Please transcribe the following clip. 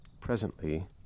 Presently